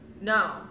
No